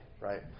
right